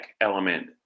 element